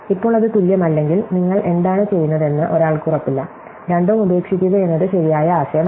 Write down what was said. ഇപ്പോൾ അത് തുല്യമല്ലെങ്കിൽ നിങ്ങൾ എന്താണ് ചെയ്യുന്നതെന്ന് ഒരാൾക്ക് ഉറപ്പില്ല രണ്ടും ഉപേക്ഷിക്കുകയെന്നത് ശരിയായ ആശയമല്ല